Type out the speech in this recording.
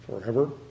forever